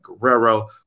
Guerrero